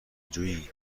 جویی